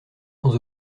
sans